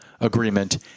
agreement